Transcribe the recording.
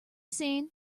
seen